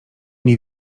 nie